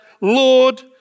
Lord